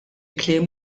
kliem